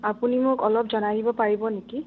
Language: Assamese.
আপুনি মোক অলপ জনাই আহিব পাৰিব নেকি